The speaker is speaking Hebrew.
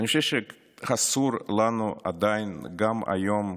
אני חושב שאסור לנו עדיין, גם היום,